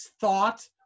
thought